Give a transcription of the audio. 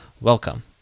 welcome